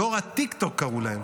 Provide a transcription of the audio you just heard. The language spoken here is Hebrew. דור הטיקטוק קראו להם,